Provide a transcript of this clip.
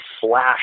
flash